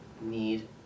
need